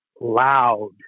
loud